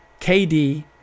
kd